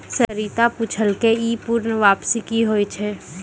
सरिता पुछलकै ई पूर्ण वापसी कि होय छै?